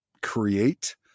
create